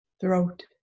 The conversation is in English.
throat